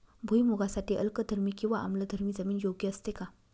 भुईमूगासाठी अल्कधर्मी किंवा आम्लधर्मी जमीन योग्य असते का?